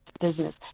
business